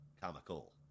comical